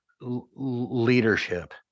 leadership